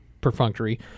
perfunctory